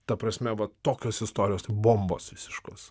ta prasme vat tokios istorijos bombos visiškos